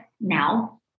now